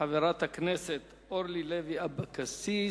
חברת הכנסת אורלי לוי אבקסיס.